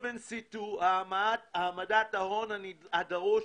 טו, העמדת ההון הדרוש